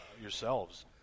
yourselves